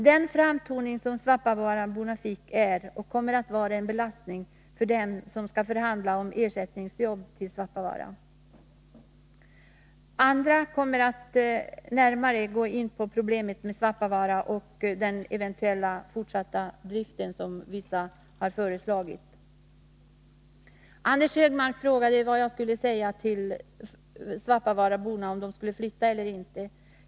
Den framtoning som invånarna i Svappavaara fick är och kommer att vara en belastning för dem som skall förhandla om ersättningsjobb till Svappavaara. Andra kommer att gå närmare in på problemet med Svappavaara och den eventuella fortsatta drift som vissa har föreslagit. Anders Högmark frågade om jag skulle råda svappavaaraborna att flytta eller inte.